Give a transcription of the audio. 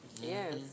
Yes